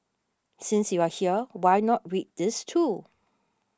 since you are here why not read these too